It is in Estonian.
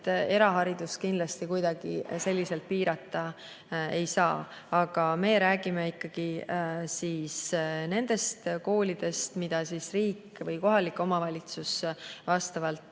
eraharidust kindlasti kuidagi selliselt piirata ei saa. Me räägime ikkagi nendest koolidest, mida riik või kohalik omavalitsus üleval